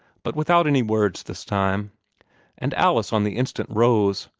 but without any words this time and alice on the instant rose,